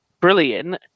Brilliant